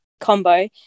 combo